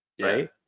right